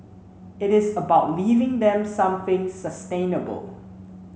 it is about leaving them something sustainable